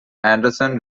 anderson